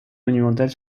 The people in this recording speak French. monumentale